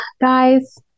guys